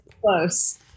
close